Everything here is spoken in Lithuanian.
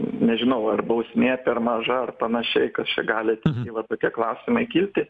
nežinau ar bausmė per maža ar panašiai kas čia gali tai va tokie klausimai kilti